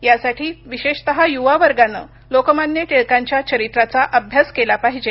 यासाठी विशेषतः युवा वर्गांनं लोकमान्य टिळकांच्या चरित्राचा अभ्यास केला पाहिजे